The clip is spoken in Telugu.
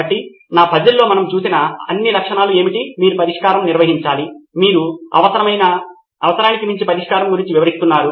కాబట్టి నా పజిల్లో మనం చూసిన అన్ని లక్షణాలు ఏమిటి మీరు పరిష్కారం నిర్వచించాలి మీరు అవసరానికి మించి పరిష్కారం గురించి వివరిస్తున్నారు